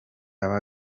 aba